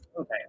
Okay